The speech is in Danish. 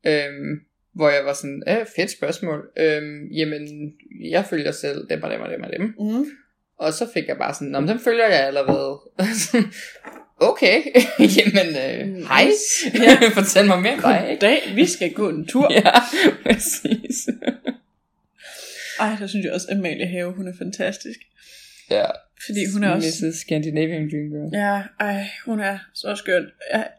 Øhm, hvor jeg var sådan, "Øh, fedt spørgsmål. Øhm, jamen, jeg følger selv dem og dem og dem og dem." Mhm. Og så fik jeg bare sådan, "Nå, men dem følger jeg allerede." Okay. Jamen, øh, hej. Nice. Ja. Fortæl mig mere om dig. Goddag. Vi skal gå en tur. Ja, præcis. Ej, så synes jeg også, Amalie Have, hun er fantastisk. Ja. Fordi hun er også- Mrs. Scandinavian Dream Girl. Ja, ej, hun er så skøn. Ja.